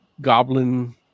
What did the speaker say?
Goblin